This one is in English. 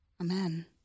Amen